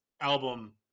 album